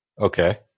Okay